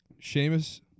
Seamus